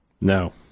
No